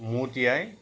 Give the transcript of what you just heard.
মূৰ তিয়াই